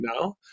now